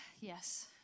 yes